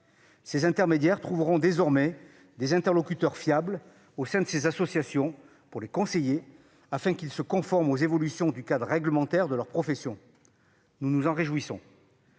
Ces intermédiaires trouveront désormais des interlocuteurs fiables au sein de ces associations pour les conseiller, afin qu'ils se conforment aux évolutions du cadre réglementaire de leur profession. Nous nous en réjouissons.